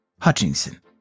Hutchinson